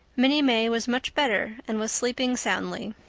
minnie may was much better and was sleeping soundly.